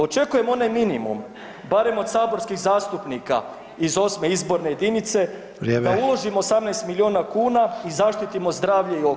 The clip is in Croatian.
Očekujem onaj minimum, barem od saborskih zastupnika iz 8. izborne jedinice [[Upadica: Vrijeme.]] da uložimo 18 milijuna kuna i zaštitimo zdravlje i okoliš.